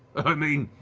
i mean,